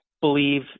believe